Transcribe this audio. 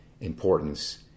importance